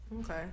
Okay